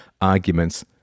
arguments